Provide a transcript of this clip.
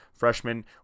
freshman